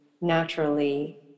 naturally